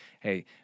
hey